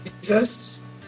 Jesus